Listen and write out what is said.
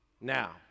now